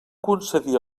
concedir